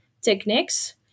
techniques